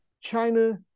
China